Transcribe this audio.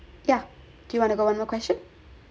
yeah do you want to go one more question